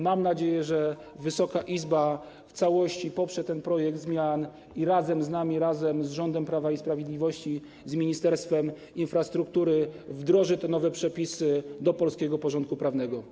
Mam nadzieję, że Wysoka Izba w całości poprze ten projekt zmian i razem z nami, razem z rządem Prawa i Sprawiedliwości, z Ministerstwem Infrastruktury, wdroży te nowe przepisy do polskiego porządku prawnego.